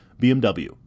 BMW